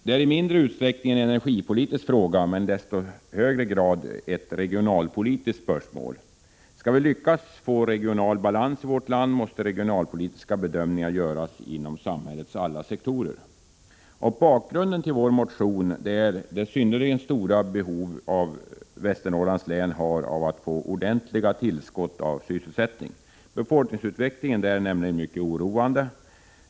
Det är i mindre utsträckning en energipolitisk fråga ochi desto högre grad ett regionalpolitiskt spörsmål. Skall vi lyckas få regional balans i vårt land måste regionalpolitiska bedömningar göras inom samhällets alla sektorer. Bakgrunden till vår motion är det synnerligen stora behov Västernorrlands län har av att få ordentliga tillskott av sysselsättning. Befolkningsutvecklingen där är nämligen mycket oroande.